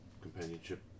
companionship